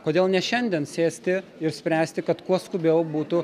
kodėl ne šiandien sėsti ir spręsti kad kuo skubiau būtų